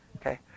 Okay